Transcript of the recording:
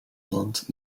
land